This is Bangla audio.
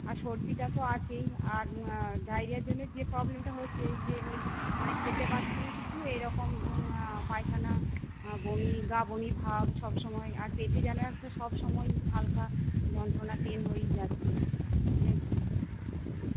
আর সর্দিটা তো আছেই আর ডাইরিয়ার জন্যে যে প্রবলেমটা হচ্ছে যে ওই মানে খেতে পাচ্ছি না কিছু এই রকম পায়খানা বমি গা বমি ভাব সবসময় আর পেটে যেন একটা সবসময়ই হালকা যন্ত্রণা পেইন হয়েই যাচ্ছে মানে